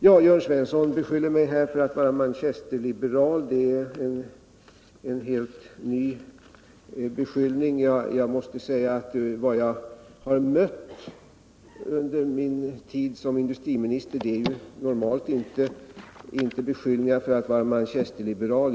Jörn Svensson beskyller mig för att vara manchesterliberal. Det är en helt ny beskyllning; vad jag har mött under min tid som industriminister har normalt inte varit anklagelser för att vara manchesterliberal.